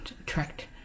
attract